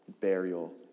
burial